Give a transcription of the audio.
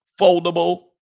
foldable